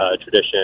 tradition